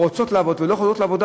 או שרוצות לעבוד ולא יכולות לעבוד,